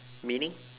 meaning